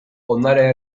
ondare